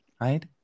right